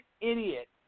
idiot